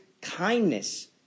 kindness